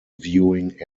viewing